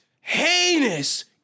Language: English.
heinous